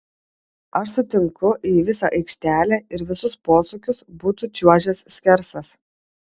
aš sutinku jei visą aikštelę ir visus posūkius būtų čiuožęs skersas